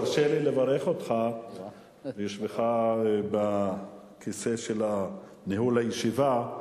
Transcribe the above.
תרשה לי לברך אותך ביושבך בכיסא של ניהול הישיבה,